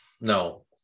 No